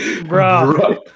Bro